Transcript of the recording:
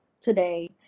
today